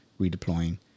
redeploying